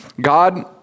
God